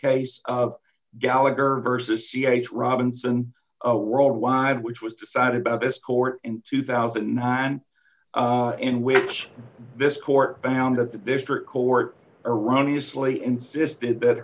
case gallagher versus g h robinson worldwide which was decided by this court in two thousand and in which this court found that the district court erroneous lee insisted that